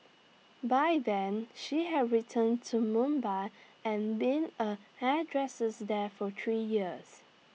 by then she have returned to Mumbai and been A hairdressers there for three years